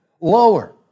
lower